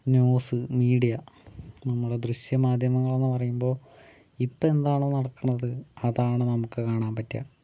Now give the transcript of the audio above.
news media നമ്മുടെ ദൃശ്യ മാധ്യമങ്ങൾ എന്ന് പറയുമ്പോൾ ഇപ്പോൾ എന്താണോ നടക്കണത് അതാണ് നമുക്ക് കാണാൻ പറ്റുക